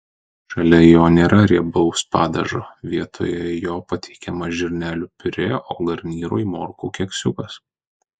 šalia jo nėra riebaus padažo vietoje jo pateikiama žirnelių piurė o garnyrui morkų keksiukas